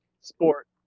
sport